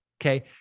Okay